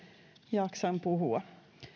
jaksan puhua